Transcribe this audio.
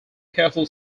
careful